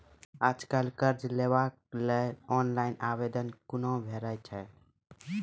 आज कल कर्ज लेवाक लेल ऑनलाइन आवेदन कूना भरै छै?